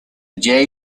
yale